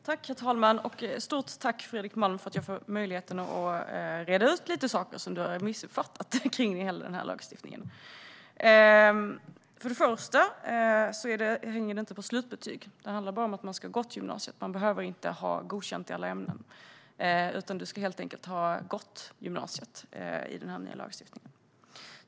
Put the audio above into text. Herr talman! Stort tack, Fredrik Malm, för att jag får möjlighet att reda ut lite saker som du har missuppfattat vad gäller den här lagstiftningen! För det första hänger det inte på slutbetyg. Det handlar bara om att man ska ha gått gymnasiet. Man behöver inte ha godkänt i alla ämnen. Man ska helt enkelt ha gått gymnasiet, enligt den här nya lagstiftningen.